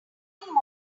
nothing